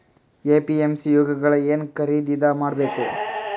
APMC ಯೊಳಗ ಏನ್ ಖರೀದಿದ ಮಾಡ್ಬೇಕು?